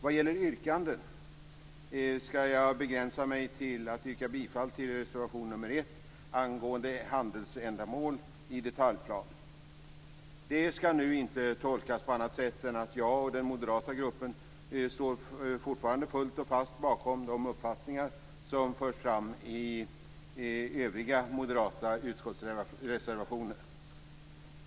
Vad gäller yrkanden skall jag begränsa mig till att yrka bifall till reservation nr 1, angående handelsändamål i detaljplan. Det skall nu inte tolkas på annat sätt än att jag och den moderata gruppen fortfarande står fullt och fast bakom de uppfattningar som förts fram i övriga moderata utskottsreservationer.